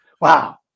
wow